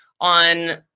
on